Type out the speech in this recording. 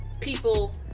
people